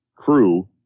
crew